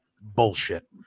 bullshit